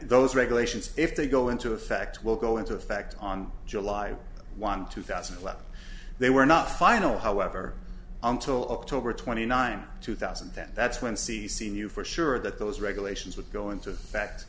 those regulations if they go into effect will go into effect on july one two thousand and eleven they were not final however until oct twenty ninth two thousand and ten that's when c c knew for sure that those regulations would go into effect